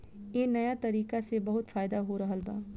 ए नया तरीका से बहुत फायदा हो रहल बा